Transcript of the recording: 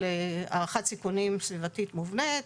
על הערכת סיכונים סביבתית מובנית.